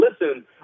listen